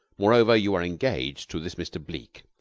moreover, you are engaged to this mr. bleke.